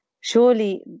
surely